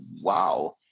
wow